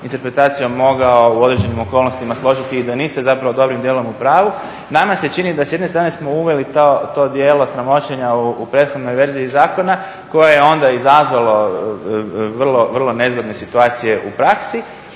interpretacijom mogao u određenim okolnostima složiti i da niste zapravo dobrim dijelom u pravu. Nama se čini da s jedne strane smo uveli to djelo sramoćenja u prethodnoj verziji zakona koje je onda izazvalo vrlo nezgodne situacije u praksi,